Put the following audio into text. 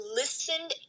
listened